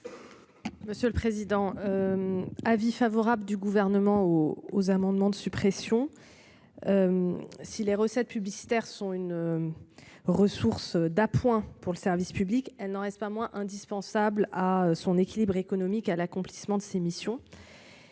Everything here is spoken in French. Monsieur le président. Avis favorable du gouvernement aux amendements de suppression. Si les recettes publicitaires sont une. Ressource d'appoint pour le service public, elle n'en reste pas moins indispensable à son équilibre économique à l'accomplissement de ses missions.